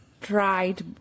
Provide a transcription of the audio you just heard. tried